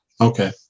Okay